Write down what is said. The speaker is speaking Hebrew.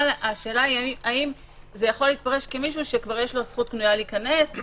אבל זה יכול להתפרש כמישהו שיש לו זכות קנויה להיכנס,